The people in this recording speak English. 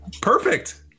Perfect